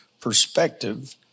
perspective